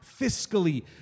fiscally